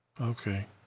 Okay